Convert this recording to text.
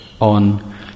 on